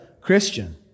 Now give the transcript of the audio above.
Christian